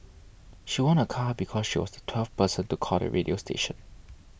she won a car because she was the twelfth person to call the radio station